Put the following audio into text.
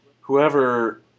whoever